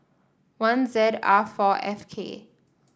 one Z R four F K